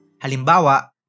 Halimbawa